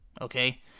Okay